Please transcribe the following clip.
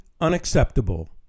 unacceptable